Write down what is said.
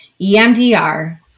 EMDR